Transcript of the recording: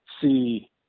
see